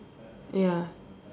ya